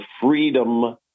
freedom